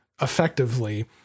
effectively